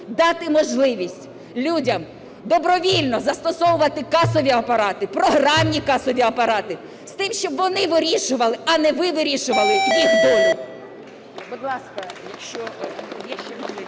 дати можливість людям добровільно застосовувати касові апарати, програмні касові апарати з тим, щоб вони вирішували, а не ви вирішували їх долю.